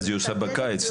אז היא עושה בקיץ.